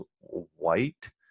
white